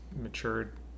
matured